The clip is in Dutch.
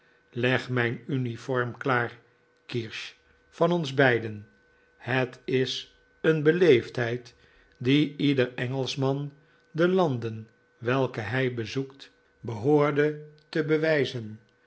leg mijn uniform klaar kirsch van ons beiden het is een beleefdheid die ieder engelschman de landen welke hij bezoekt behoorde te bewijzen